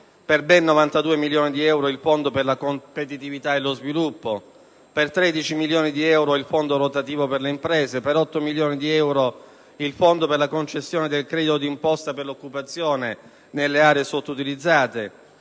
per ben 92 milioni di euro il Fondo per la competitività e lo sviluppo delle imprese; per 13 milioni di euro il Fondo rotativo per le imprese; per 8 milioni di euro il Fondo per la concessione del credito d' imposta per l'occupazione nelle aree sottoutilizzate;